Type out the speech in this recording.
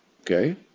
Okay